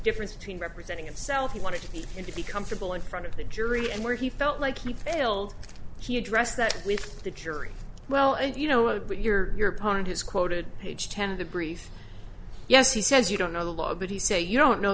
difference between representing himself he wanted to be in to be comfortable in front of the jury and where he felt like he failed he addressed that with the jury well and you know what your your opponent has quoted page ten of the brief yes he says you don't know the law but he say you don't know